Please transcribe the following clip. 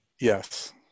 Yes